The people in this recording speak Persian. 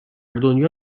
دنیا